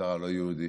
המגזר הלא-יהודי.